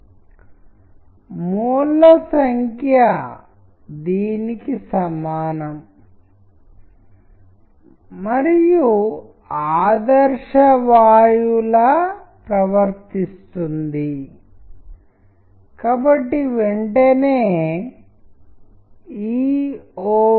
కాబట్టి టెక్స్ట్లు మరియు ఇమేజ్లు కలిసి చేసినప్పుడు వాటి గురించి మీకు తెలియజేయడం కోసం ఇది జరుగుతుంది వివిధ రకాల అర్థాలను తెలియజేస్తాయి మరియు వీటిని మార్చవచ్చు మరియు ప్రదర్శనలో ఈ తారుమారు మళ్లీ చాలా ముఖ్యమైనది ప్రకటనలలో ఇది చాలా ముఖ్యమైనది